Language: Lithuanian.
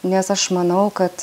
nes aš manau kad